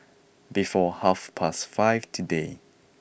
before half past five today